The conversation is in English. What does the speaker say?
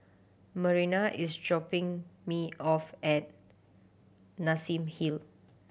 Marina is dropping me off at Nassim Hill